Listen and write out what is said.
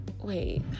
wait